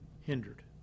hindered